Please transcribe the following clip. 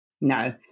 No